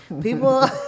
people